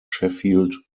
sheffield